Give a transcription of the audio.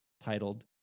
titled